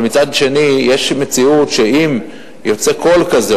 אבל מצד שני יש מציאות שאם יוצא קול כזה